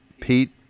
Pete